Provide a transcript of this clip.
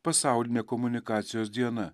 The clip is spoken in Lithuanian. pasaulinė komunikacijos diena